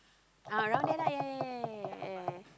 uh around there lah yea yea yea yea yea